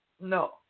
No